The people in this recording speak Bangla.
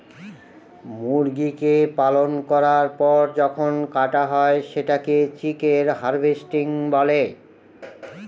মুরগিকে পালন করার পর যখন কাটা হয় সেটাকে চিকেন হার্ভেস্টিং বলে